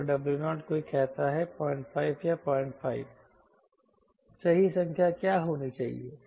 WfW0 कोई कहता है 04 या 05 सही संख्या क्या होनी चाहिए